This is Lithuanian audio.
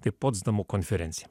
kaip potsdamo konferencija